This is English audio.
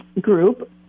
group